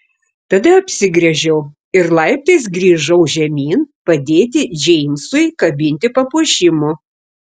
tada apsigręžiau ir laiptais grįžau žemyn padėti džeimsui kabinti papuošimų